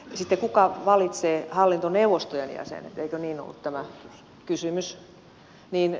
sitten kuka valitsee hallintoneuvostojen jäsenet eikö niin ollut tämä kysymys